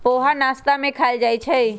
पोहा नाश्ता में खायल जाहई